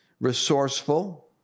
resourceful